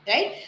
Right